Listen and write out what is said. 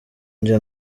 njye